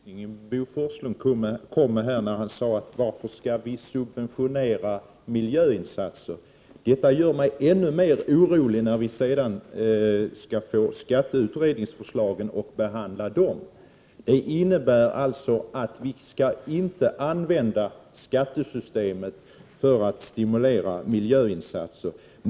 Herr talman! Jag tycker att det var en mycket intressant upplysning Bo Forslund kom med när han undrade varför vi skall subventionera miljöinsatser. Detta gör mig ännu mer orolig inför de kommande skatteutredningsförslagen och behandlingen av dessa. Det innebär alltså att vi inte skall använda skattesystemet för att stimulera miljöinsatser.